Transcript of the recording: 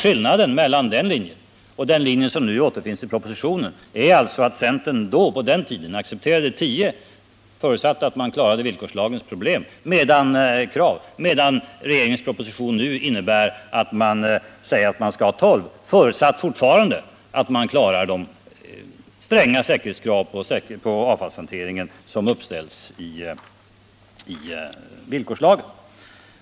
Skillnaden mellan den linjen och den linje som nu återfinns i propositionen är alltså att centern på den tiden accepterade tio aggregat, förutsatt att de klarade villkorslagens krav, medan regeringens proposition nu innebär att vi skall ha tolv aggregat, fortfarande under förutsättning att de klarar de stränga säkerhetskrav på avfallshantering som uppställs i villkorslagen.